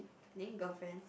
I think girlfriend